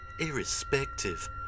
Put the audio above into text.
irrespective